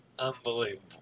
Unbelievable